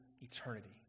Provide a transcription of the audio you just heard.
eternity